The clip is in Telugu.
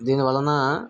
దీని వలన